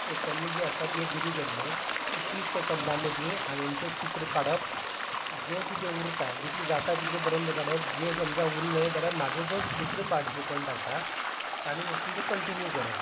second जे आसा ते दिली गेल्ले तीस सॅकंदा मदीं हांवेन तें चित्र काडप जें कितें उरता जितलें जाता तितलें पर्यन तें काडप जें समजा उल्लें जाल्यार म्हाजो जोच दुसरो पार्टिसिपंट आसा तांणी वसून तें कंटिन्यू करप